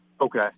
Okay